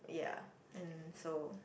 ya and so